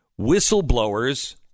whistleblowers